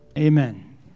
Amen